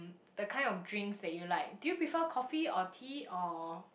the kind of drinks that you like do you prefer coffee or tea or